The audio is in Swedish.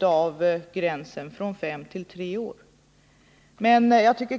av gränsen från fem till tre år för synnerliga skäl.